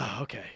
okay